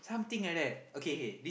something like that okay k